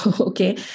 Okay